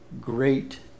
great